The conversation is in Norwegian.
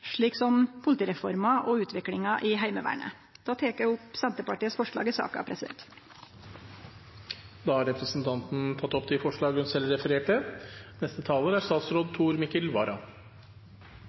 som politireforma og utviklinga i Heimevernet. Då tek eg opp Senterpartiets forslag i saka. Da har representanten Jenny Klinge tatt opp forslagene hun refererte til. Innledningsvis vil jeg få gjøre det helt klart at god beredskap er